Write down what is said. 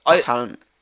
talent